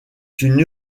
une